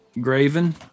Graven